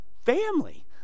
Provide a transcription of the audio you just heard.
family